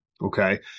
Okay